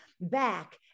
back